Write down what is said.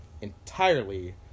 entirely